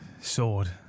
sword